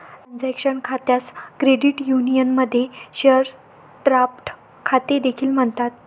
transaction खात्यास credit युनियनमध्ये share draft खाते देखील म्हणतात